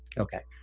ok.